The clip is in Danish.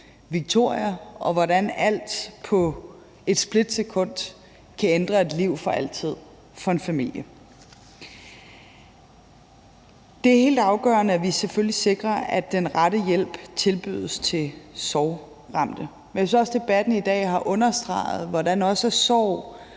Victoria, og hvordan alt på et splitsekund kan ændre et liv for altid for en familie. Det er helt afgørende, at vi selvfølgelig sikrer, at den rette hjælp tilbydes til sorgramte. Men jeg synes også, at debatten i dag har understreget, hvordan sorg